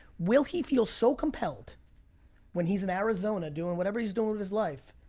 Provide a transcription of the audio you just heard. will he feel so compelled when he's in arizona doing whatever he's doing with his life,